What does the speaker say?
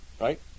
Right